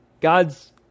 God's